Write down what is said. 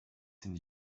sind